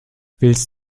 willst